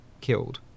killed